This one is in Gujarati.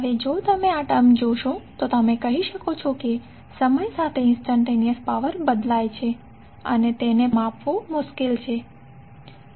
હવે જો તમે આ ટર્મ જોશો તો તમે કહી શકો છો કે સમય સાથે ઇંસ્ટંટેનીઅસ પાવર બદલાય છે તેને માપવું મુશ્કેલ બનશે